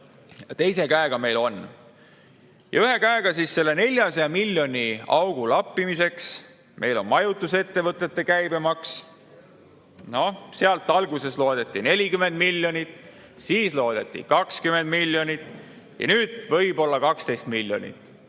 teises käes on. Ja ühe käega siis selle 400‑miljonilise augu lappimiseks meil on majutusettevõtete käibemaks. Sealt alguses loodeti 40 miljonit, siis loodeti 20 miljonit ja nüüd võib-olla 12 miljonit.